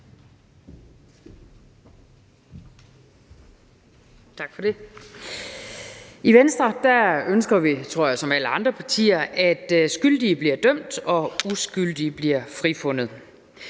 I Venstre ønsker vi, som i alle andre partier tror jeg, at skyldige bliver dømt og uskyldige bliver frifundet.